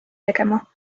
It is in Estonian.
tegema